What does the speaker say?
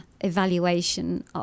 Evaluation